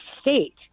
state